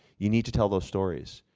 you need to tell those stories.